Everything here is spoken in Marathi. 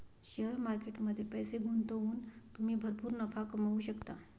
शेअर मार्केट मध्ये पैसे गुंतवून तुम्ही भरपूर नफा कमवू शकता